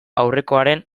aurrekoaren